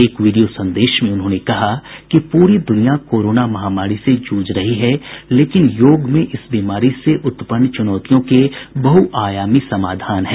एक वीडियो संदेश में उन्होंने कहा कि पूरी दुनिया कोरोना महामारी से जूझ रही है लेकिन योग में इस बीमारी से उत्पन्न चुनौतियों के बहुआयामी समाधान हैं